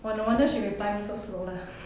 !wah! no wonder she reply me so slow lah